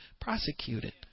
prosecuted